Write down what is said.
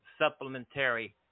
supplementary